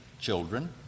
Children